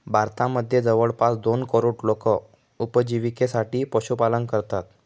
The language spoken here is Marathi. भारतामध्ये जवळपास दोन करोड लोक उपजिविकेसाठी पशुपालन करतात